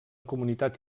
comunitat